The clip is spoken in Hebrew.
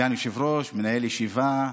סגן יושב-ראש, מנהל ישיבה.